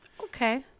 Okay